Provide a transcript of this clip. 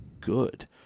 good